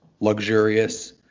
luxurious